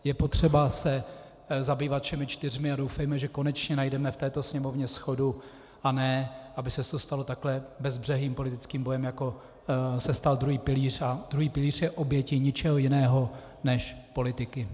Je potřeba se zabývat všemi čtyřmi a doufejme, že konečně najdeme v této Sněmovně shodu, a ne aby se to stalo takto bezbřehým politickým bojem, jako se stal druhý pilíř, a druhý pilíř není obětí ničeho jiného než politiky.